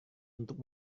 untuk